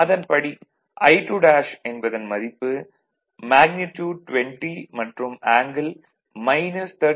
அதன்படி I2' என்பதன் மதிப்பு மேக்னிட்யூட் 20 மற்றும் ஆங்கிள் 36